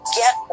get